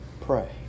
Pray